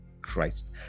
Christ